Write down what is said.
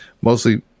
Mostly